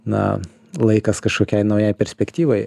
na laikas kažkokiai naujai perspektyvai